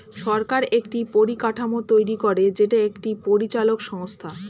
সরকার একটি পরিকাঠামো তৈরী করে যেটা একটি পরিচালক সংস্থা